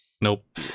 nope